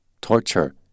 Torture